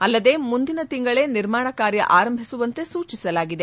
ಅಲ್ಲದೆ ಮುಂದಿನ ತಿಂಗಲೇ ನಿರ್ಮಾಣ ಕಾರ್ಯ ಆರಂಭಿಸುವಂತೆ ಸೂಚಿಸಲಾಗಿದೆ